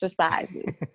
exercises